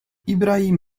ibrahim